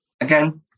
Again